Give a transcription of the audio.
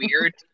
weird